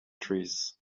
trees